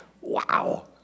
Wow